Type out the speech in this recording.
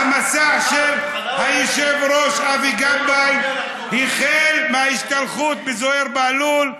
המסע של היושב-ראש אבי גבאי החל בהשתלחות בזוהיר בהלול,